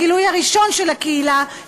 הגילוי הראשון של הקהילה,